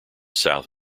south